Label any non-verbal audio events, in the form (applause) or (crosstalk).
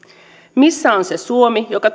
missä on se suomi joka (unintelligible)